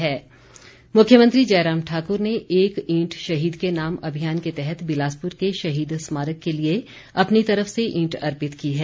शहीद स्मारक मुख्यमंत्री जयराम ठाकुर ने एक ईंट शहीद के नाम अभियान के तहत बिलासपुर के शहीद स्मारक के लिए अपनी तरफ से ईंट अर्पित की है